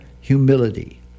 humility